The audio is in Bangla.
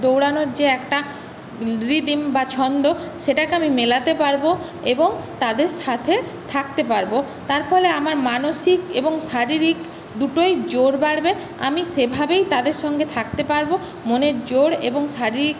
দৌড়ানোর যে একটা রিদম বা ছন্দ সেটাকে আমি মেলাতে পারবো এবং তাদের সাথে থাকতে পারবো তার ফলে আমার মানসিক এবং শারীরিক দুটোই জোর বাড়বে আমি সেভাবেই তাদের সঙ্গে থাকতে পারবো মনের জোর এবং শারীরিক